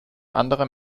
anderer